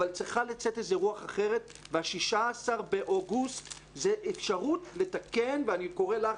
אבל צריכה לצאת רוח אחרת וה-16 באוגוסט זו אפשרות לתקן ואני קורא לך,